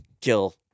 kill